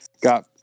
got